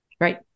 Right